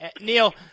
Neil